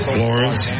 Florence